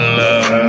love